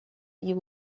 you